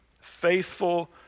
Faithful